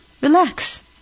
relax